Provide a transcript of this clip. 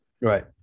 Right